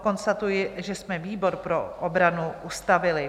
Konstatuji, že jsme výbor pro obranu ustavili.